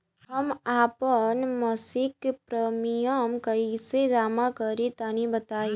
हम आपन मसिक प्रिमियम कइसे जमा करि तनि बताईं?